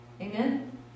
Amen